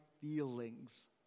feelings